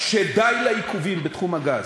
שדי לעיכובים בתחום הגז.